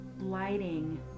lighting